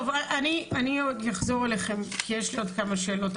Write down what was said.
טוב, אני עוד אחזור אליכם כי יש לי עוד כמה שאלות.